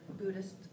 Buddhist